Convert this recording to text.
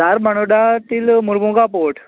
धारबांदोडा की मार्मगोवा पॉर्ट